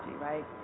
right